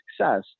success